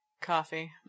Coffee